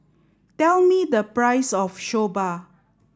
tell me the price of Soba